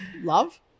Love